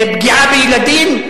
פגיעה בילדים,